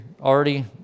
already